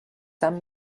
some